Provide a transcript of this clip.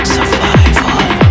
Survival